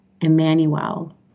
Emmanuel